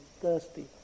thirsty